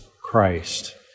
Christ